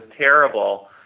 terrible